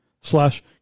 slash